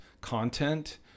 content